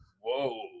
whoa